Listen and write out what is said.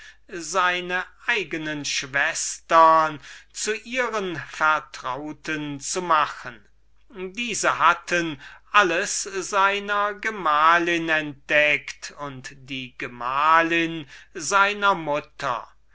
zweifeln konnte zu ihren vertrauten zu machen diese hatten wieder im vertrauen alles seiner gemahlin entdeckt und die gemahlin seiner mutter